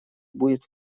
будет